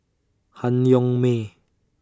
Han Yong May